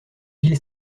ville